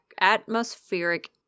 atmospheric